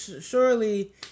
surely